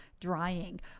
drying